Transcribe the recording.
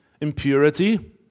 impurity